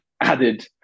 added